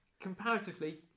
comparatively